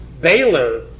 Baylor